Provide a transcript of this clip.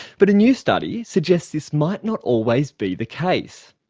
but a new study suggests this might not always be the case.